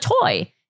toy